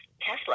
Tesla